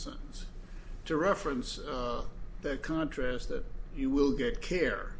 sentence to reference that contrast that you will get care